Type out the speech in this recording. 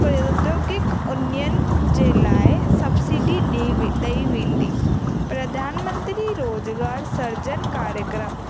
प्रदोगिक उन्यनि जे लाइ सब्सिडी ॾी ॾेई वेंदी प्रधान मंत्री रोज़गारु सर्जन कार्यक्रम